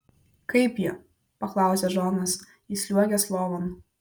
kaip ji paklausė džonas įsliuogęs lovon